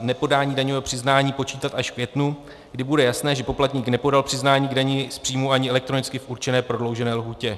nepodání daňového přiznání počítat až v květnu, kdy bude jasné, že poplatník nepodal přiznání k dani z příjmů ani v elektronicky určené prodloužené lhůtě.